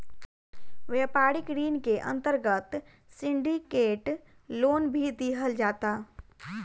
व्यापारिक ऋण के अंतर्गत सिंडिकेट लोन भी दीहल जाता